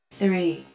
three